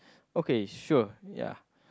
okay sure ya